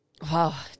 wow